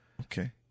okay